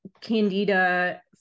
candida